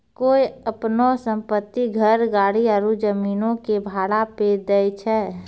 कोय अपनो सम्पति, घर, गाड़ी आरु जमीनो के भाड़ा पे दै छै?